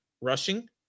rushing